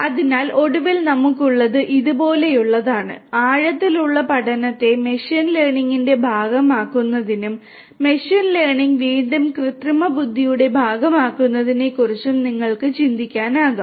അതിനാൽ ഒടുവിൽ നമുക്കുള്ളത് ഇതുപോലുള്ളതാണ് ആഴത്തിലുള്ള പഠനത്തെ മെഷീൻ ലേണിംഗിന്റെ ഭാഗമാക്കുന്നതിനും മെഷീൻ ലേണിംഗ് വീണ്ടും കൃത്രിമബുദ്ധിയുടെ ഭാഗമാക്കുന്നതിനെക്കുറിച്ചും നിങ്ങൾക്ക് ചിന്തിക്കാനാകും